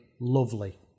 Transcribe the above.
lovely